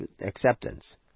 Acceptance